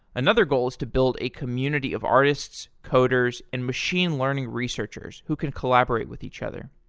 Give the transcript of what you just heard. another goal is to build a community of artists, coders, and machine learning researchers who can collaborate with each other.